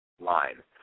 Line